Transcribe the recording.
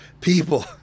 people